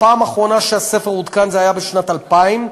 הפעם האחרונה שהספר עודכן הייתה בשנת 2000,